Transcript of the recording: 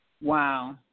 Wow